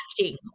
acting